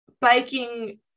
biking